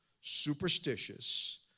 superstitious